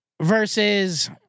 versus